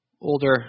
Older